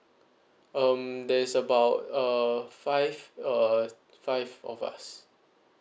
um there is about uh five uh five of us